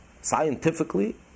Scientifically